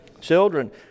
children